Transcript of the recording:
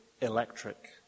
electric